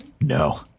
No